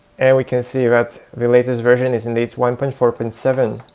and we can see that the latest version is indeed one point four but and seven.